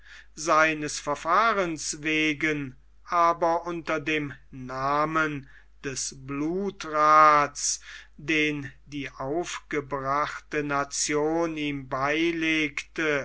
seines verfahrens wegen aber unter dem namen des blutraths den die aufgebrachte nation ihm beilegte